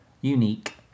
unique